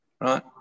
Right